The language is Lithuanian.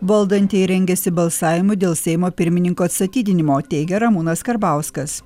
valdantieji rengiasi balsavimui dėl seimo pirmininko atstatydinimo teigia ramūnas karbauskas